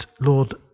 Lord